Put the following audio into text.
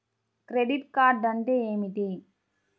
Credit card అంటే ఏమిటి?